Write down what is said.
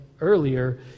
earlier